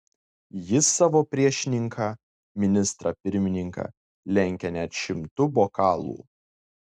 jis savo priešininką ministrą pirmininką lenkia net šimtu bokalų